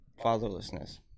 fatherlessness